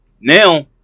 Now